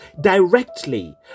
directly